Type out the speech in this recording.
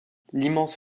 l’immense